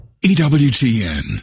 EWTN